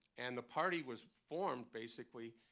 and the party was formed, basically.